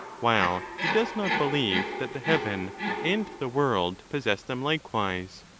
while he does not believe that the heaven and the world possess them likewise,